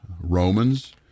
Romans